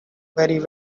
very